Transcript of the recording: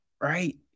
right